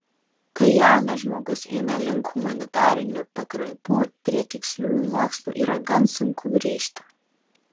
kai jaunas žmogus eina link humanitarių pakraipų prie tiksliųjų mokslų yra gan sunku grįžti